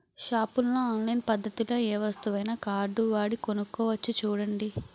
షాపుల్లో ఆన్లైన్ పద్దతిలో ఏ వస్తువునైనా కార్డువాడి కొనుక్కోవచ్చు చూడండి